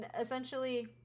essentially